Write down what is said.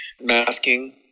masking